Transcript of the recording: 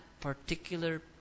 particular